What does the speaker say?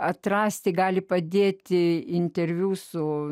atrasti gali padėti interviu su